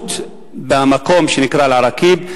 מציאות במקום שנקרא אל-עראקיב,